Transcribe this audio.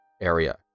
area